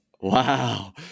Wow